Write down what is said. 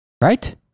Right